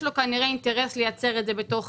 בוקר טוב.